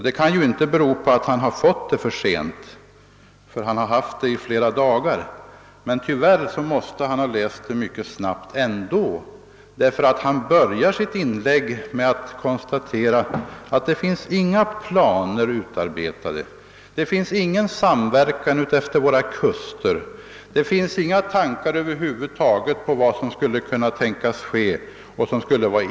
Det kan inte bero på att han fått det för sent — han har haft det i flera dagar, men tyvärr måste han ändå ha läst det mycket snabbt. Han börjar nämligen sitt inlägg med att konstatera att det inte finns några planer utarbetade, att det inte finns någon samverkan utefter våra kuster och att det över huvud taget inte finns några planer beträffande det som bör göras.